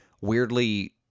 weirdly